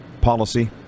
policy